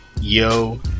Yo